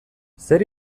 zer